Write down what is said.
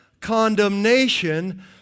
condemnation